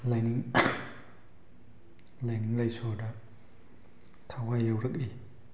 ꯂꯥꯏꯅꯤꯡ ꯂꯥꯏꯅꯤꯡ ꯂꯥꯏꯁꯣꯟꯗ ꯊꯋꯥꯏ ꯌꯥꯎꯔꯛꯏ